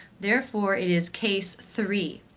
therefore it is case three,